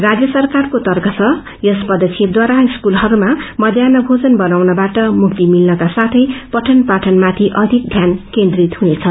राजय सरकारको तर्क छ यसद्वारा स्कूलहरूमा मध्यान्ह भोजन बनाउनबाट मुक्ति मिल्नेछ साथै पठन पाठनमाथि अधिक ध्यान केन्द्रित हुनेछ